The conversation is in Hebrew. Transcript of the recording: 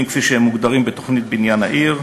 כפי שהם מוגדרים בתוכנית בניין העיר,